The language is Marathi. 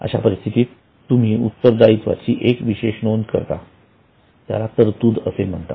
अशा परिस्थितीत तुम्ही उत्तरदायित्वाची एक विशेष नोंद करता त्याला तरतूद असे म्हणतात